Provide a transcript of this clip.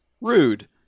Rude